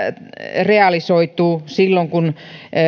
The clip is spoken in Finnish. realisoituu silloin kun